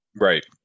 Right